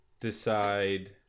decide